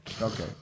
Okay